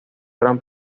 gran